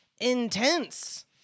intense